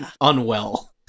unwell